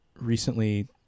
recently